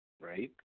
right